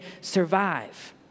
survive